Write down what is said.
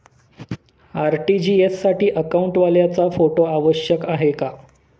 RTGS साठी अकाउंटवाल्याचा photo आवश्यक आहे का?